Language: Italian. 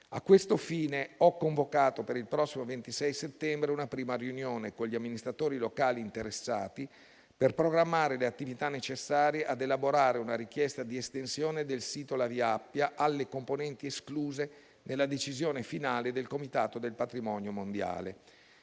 A questo fine ho convocato per il prossimo 26 settembre una prima riunione con gli amministratori locali interessati, per programmare le attività necessarie ad elaborare una richiesta di estensione del sito della via Appia alle componenti escluse nella decisione finale del Comitato del patrimonio mondiale.